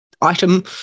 item